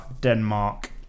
Denmark